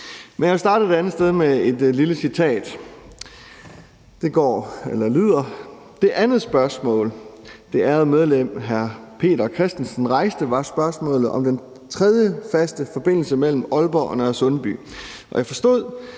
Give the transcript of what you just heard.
Jeg vil starte et andet sted, nemlig med et lille citat. Det lyder: »Det andet spørgsmål, det ærede medlem hr. Peter Kristensen (Ålborg) rejste, var spørgsmålet om den tredje faste forbindelse imellem Ålborg og Nørresundby. Jeg forstod,